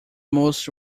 most